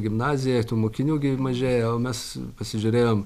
gimnazijoj tų mokinių mažėja o mes pasižiūrėjom